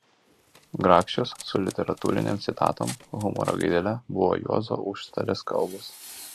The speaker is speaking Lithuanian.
grakščios su literatūrinėm citatom humoro gaidele buvo juozo užstalės kalbos